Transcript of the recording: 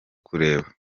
kureba